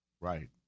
Right